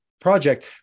project